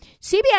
CBS